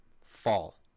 Fall